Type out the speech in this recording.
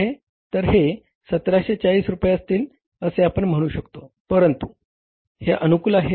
तर हे 1740 रुपये असतील असे आपण म्हणू शकतो परंतु हे अनुकूल आहे